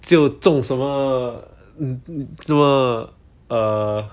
就众什么这么 err